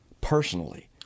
personally